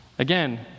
Again